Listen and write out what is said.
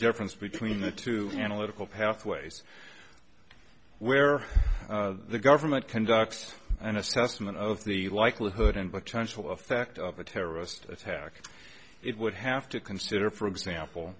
difference between the two analytical pathways where the government conducts an assessment of the likelihood and potential effect of a terrorist attack it would have to consider for example